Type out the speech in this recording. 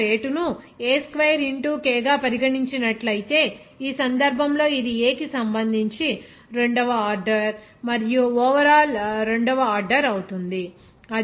అదేవిధంగా రేటును A square into k గా పరిగణించినట్లయితే ఈ సందర్భంలో ఇది A కి సంబంధించి రెండవ ఆర్డర్ మరియు ఓవర్ ఆల్ రెండవ ఆర్డర్ అవుతుంది